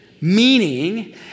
meaning